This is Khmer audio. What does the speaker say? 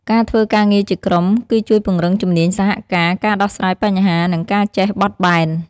ការធ្វើការងារជាក្រុម គឺជួយពង្រឹងជំនាញសហការ ការដោះស្រាយបញ្ហា និងការចេះបត់បែន។